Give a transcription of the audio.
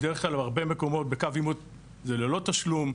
בדרך כלל בהרבה מקומות בקו עימות זה ללא תשלום,